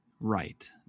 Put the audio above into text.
right